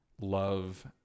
love